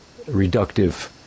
reductive